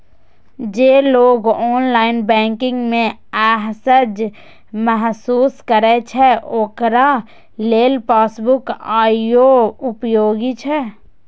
जे लोग online banking मे असहज महसूस करै छै, ओकरा लेल पासबुक आइयो उपयोगी छै